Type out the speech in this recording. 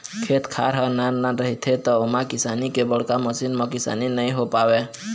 खेत खार ह नान नान रहिथे त ओमा किसानी के बड़का मसीन म किसानी नइ हो पावय